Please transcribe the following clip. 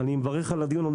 אני מברך על הדיון.